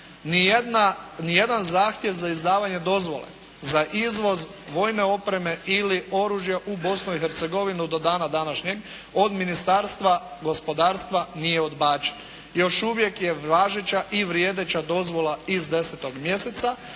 Ni jedan zahtjev za izdavanje dozvole za izvoz vojne opreme ili oružja u Bosnu i Hercegovinu do dana današnjeg od Ministarstva gospodarstva nije odbačen. Još uvijek je važeća i vrijedeća dozvola iz 10. mjeseca,